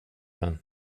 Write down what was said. den